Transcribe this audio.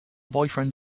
boyfriend